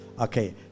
Okay